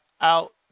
out